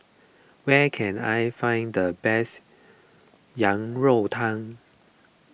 where can I find the best Yang Rou Tang